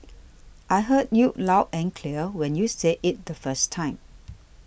I heard you loud and clear when you said it the first time